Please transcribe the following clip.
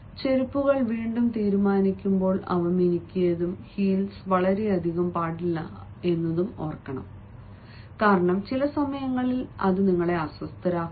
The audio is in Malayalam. ചെരിപ്പുകൾ വീണ്ടും തീരുമാനിക്കുമ്പോൾ അവ മിനുക്കിയതും ഹീൽസ് വളരെയധികം പാടില്ല കാരണം ചില സമയങ്ങളിൽ നിങ്ങളെ അസ്വസ്ഥരാക്കുന്നു